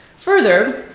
further,